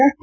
ರಸ್ತೆ